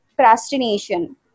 procrastination